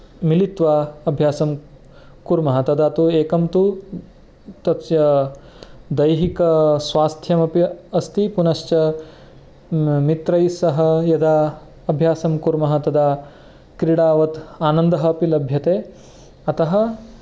मिलित्वा अभ्यासम् कुर्मः तदा तु एकं तु तस्य दैहिकस्वास्थ्यमपि अस्ति पुनश्च मित्रैः सह यदा अभ्यासं कुर्मः तदा क्रीडावत् आनन्दः अपि लभ्यते अतः